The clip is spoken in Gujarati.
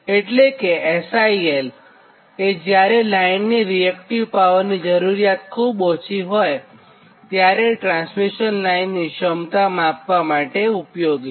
એટલે કે SIL એ જ્યારે લાઇનની રીએક્ટીવ પાવરની જરૂરિયાત ખુબ ઓછી હોયત્યારે ટ્રાન્સમિશન લાઇનની ક્ષમતા માપવા માટે ઊપયોગી છે